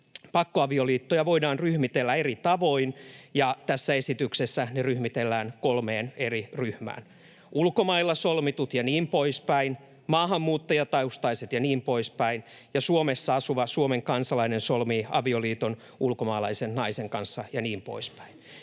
”pakkoavioliittoja voidaan ryhmitellä eri tavoin”, ja tässä esityksessä ne ryhmitellään kolmeen eri ryhmään: ulkomailla solmitut ja niin poispäin, maahanmuuttajataustaiset ja niin poispäin, Suomessa asuva Suomen kansalainen solmii avioliiton ulkomaalaisen naisen kanssa ja niin poispäin.